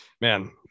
man